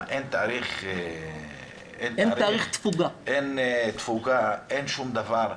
מה, אין תאריך תפוגה, אין שום דבר?